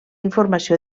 informació